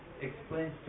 explains